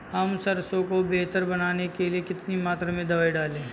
हम सरसों को बेहतर बनाने के लिए कितनी मात्रा में दवाई डालें?